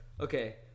okay